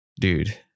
dude